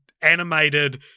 animated